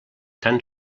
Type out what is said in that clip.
tan